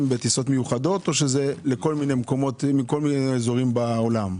בטיסות מיוחדות או שזה עולים מכל מיני אזורים בעולם?